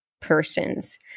persons